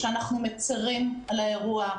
שאנחנו מצרים על האירוע,